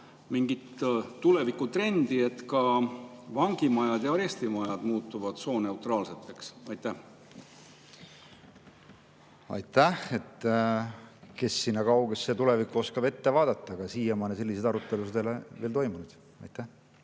mingit tulevikutrendi, et ka vangimajad ja arestimajad muutuvad sooneutraalseks. Aitäh! Kes sinna kaugesse tulevikku oskab ette vaadata, aga siiamaani selliseid arutelusid ei ole veel toimunud. Aitäh!